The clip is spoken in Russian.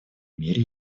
мире